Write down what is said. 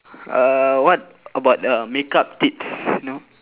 uh what about uh makeup tips you know